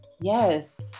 Yes